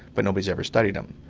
but nobody's ever studied them.